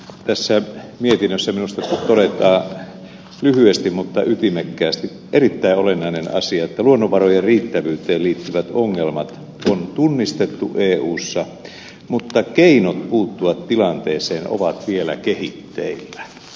tässä mietinnössä minusta todetaan lyhyesti mutta ytimekkäästi erittäin olennainen asia että luonnonvarojen riittävyyteen liittyvät ongelmat on tunnistettu eussa mutta keinot puuttua tilanteeseen ovat vielä kehitteillä